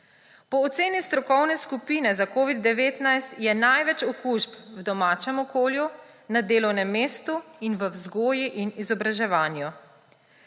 Po oceni strokovne skupine za covid-19 je največ okužb v domačem okolju, na delovnem mestu in v vzgoji in izobraževanju.